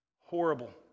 Horrible